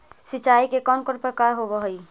सिंचाई के कौन कौन प्रकार होव हइ?